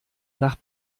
nach